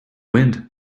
wind